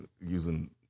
using